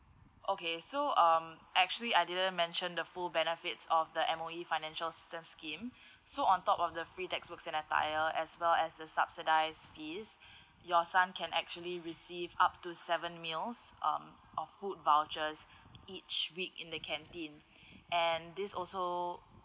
okay so um actually I didn't mention the full benefits of the M_O_E financial assistance scheme so on top of the free textbooks and attire as well as the subsidised fees your son can actually receive up to seven meals um of food vouchers each week in the canteen and this also